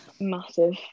massive